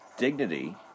dignity